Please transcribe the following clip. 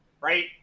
right